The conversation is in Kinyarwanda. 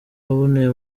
aboneye